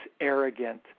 arrogant